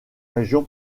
région